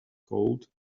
cold